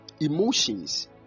Emotions